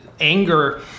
anger